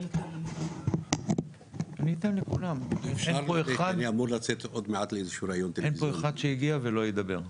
אין פה אחד שהגיע ולא ידבר.